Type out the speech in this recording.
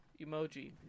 Emoji